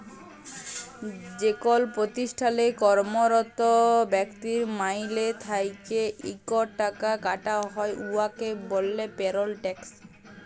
যেকল পতিষ্ঠালে কম্মরত ব্যক্তির মাইলে থ্যাইকে ইকট টাকা কাটা হ্যয় উয়াকে ব্যলে পেরল ট্যাক্স